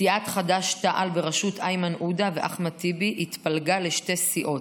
סיעת חד"ש-תע"ל בראשות איימן עודה ואחמד טיבי התפלגה לשתי סיעות,